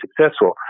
successful